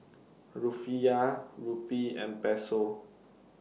Rufiyaa Rupee and Peso